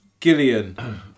Gillian